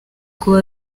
kuba